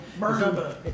Murder